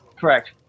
Correct